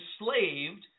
enslaved